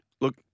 look